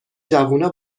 جوونا